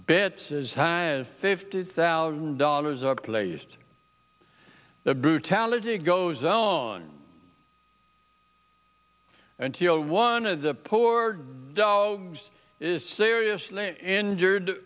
bets as high as fifty thousand dollars are placed the brutality goes on until one of the poor dogs is seriously injured